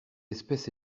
espèce